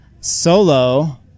solo